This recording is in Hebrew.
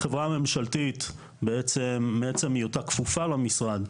החברה הממשלתית מעצם היותה כפופה למשרד,